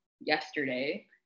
yesterday